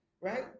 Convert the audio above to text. right